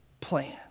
plan